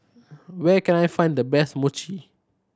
where can I find the best Mochi